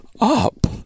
up